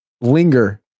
linger